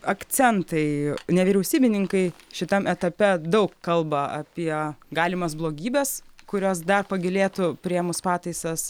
akcentai nevyriausybininkai šitam etape daug kalba apie galimas blogybes kurios dar pagilėtų priėmus pataisas